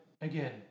again